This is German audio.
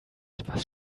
etwas